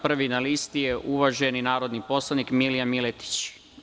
Prvi na listi je uvaženi narodni poslanik Milija Miletić.